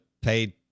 paid